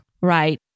Right